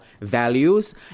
values